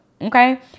Okay